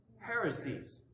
Heresies